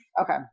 okay